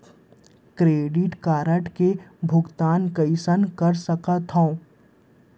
Credit card के भुगतान कईसने कर सकथो?